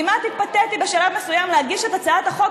כמעט התפתיתי בשלב מסוים להגיש את הצעת החוק